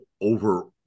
over